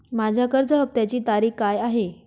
माझ्या कर्ज हफ्त्याची तारीख काय आहे?